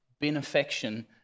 benefaction